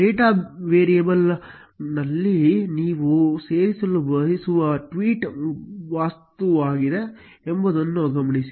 data variable ನೀವು ಸೇರಿಸಲು ಬಯಸುವ ಟ್ವೀಟ್ ವಸ್ತುವಾಗಿದೆ ಎಂಬುದನ್ನು ಗಮನಿಸಿ